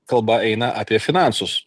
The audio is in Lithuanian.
kalba eina apie finansus